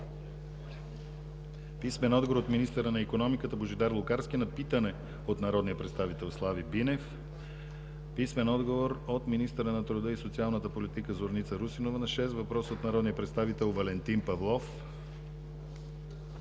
писмен отговор от министъра на икономиката Божидар Лукарски на питане от народния представител Слави Бинев; - писмен отговор от министъра на труда и социалната политика Зорница Русинова на шест въпроса от народния представител Валентин Павлов;